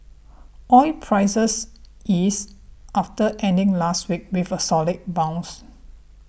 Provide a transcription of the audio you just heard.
oil prices eased after ending last week with a solid bounce